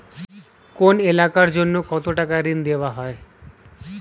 কোন এলাকার জন্য কত টাকা ঋণ দেয়া হয়?